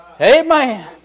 Amen